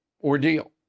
ordeal